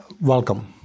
Welcome